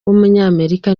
w’umunyamerika